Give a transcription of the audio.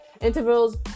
Intervals